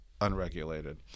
unregulated